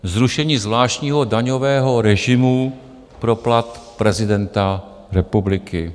Zrušení zvláštního daňového režimu pro plat prezidenta republiky.